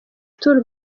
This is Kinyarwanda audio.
tour